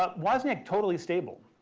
ah wasniack totally stable,